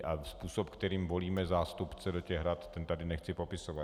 A způsob, kterým volíme zástupce do těchto rad, tady nechci popisovat.